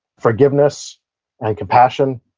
forgiveness and compassion.